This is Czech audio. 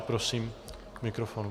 Prosím k mikrofonu.